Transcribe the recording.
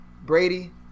Brady